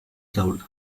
soul